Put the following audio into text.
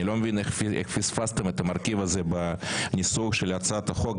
אני לא מבין איך פספסתם את המרכיב הזה בניסוח של הצעת החוק,